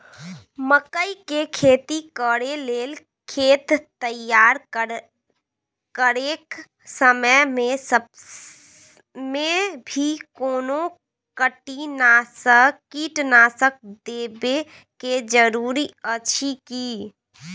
मकई के खेती कैर लेल खेत तैयार करैक समय मे भी कोनो कीटनासक देबै के जरूरी अछि की?